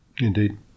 Indeed